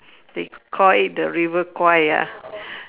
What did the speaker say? they call it the river guy ya